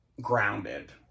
grounded